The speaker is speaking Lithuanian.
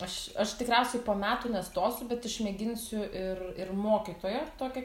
aš aš tikriausiai po metų nestosiu bet išmėginsiu ir ir mokytoja tokia